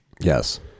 Yes